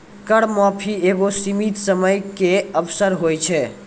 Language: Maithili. कर माफी एगो सीमित समय के अवसर होय छै